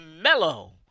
mellow